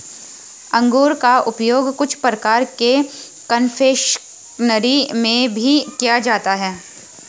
अंगूर का उपयोग कुछ प्रकार के कन्फेक्शनरी में भी किया जाता है